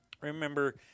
Remember